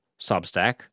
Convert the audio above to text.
Substack